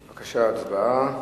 בבקשה, הצבעה.